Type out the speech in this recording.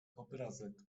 obrazek